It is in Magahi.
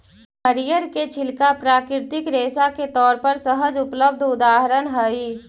नरियर के छिलका प्राकृतिक रेशा के तौर पर सहज उपलब्ध उदाहरण हई